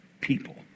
people